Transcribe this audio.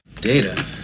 Data